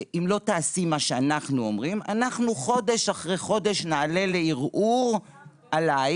אם לא תעשי מה שאנחנו אומרים אנחנו חודש אחרי חודש נעלה לערעור עלייך.